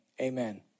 Amen